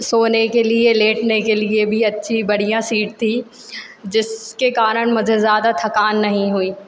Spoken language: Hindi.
सोने के लिए लेटने के लिए भी अच्छी बढ़िया सीट थी जिसके कारण मुझे ज़्यादा थकान नहीं हुई